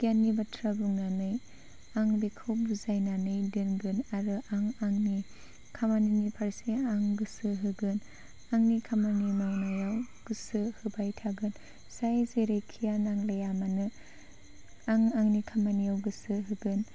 गियाननि बाथ्रा बुंनानै आं बेखौ बुजायनानै दोनगोन आरो आं आंनि खामानिनि फारसे आं गोसो होगोन आंनि खामानि मावनायाव गोसो होबाय थागोन जाय जेरैखिजाया नांलाया मानो आं आंनि खामानियाव गोसो होगोन